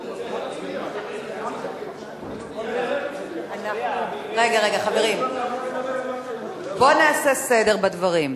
רגע, חברים, בואו נעשה סדר בדברים.